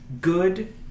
good